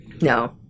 No